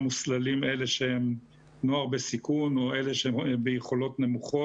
מוסללים אלה שהם נוער בסיכון או אלה שהם ביכולות נמוכות.